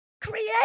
Create